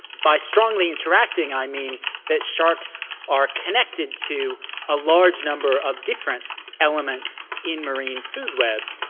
by strongly interacting i mean that sharks are connected to a large number of different elements in marine food webs,